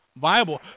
viable